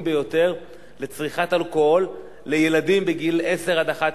ביותר בצריכת אלכוהול לילדים בגיל 10 11,